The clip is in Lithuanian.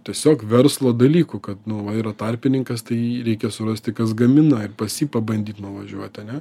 tiesiog verslo dalykų kad nu va yra tarpininkas tai reikia surasti kas gamina ir pas jį pabandyt nuvažiuoti ane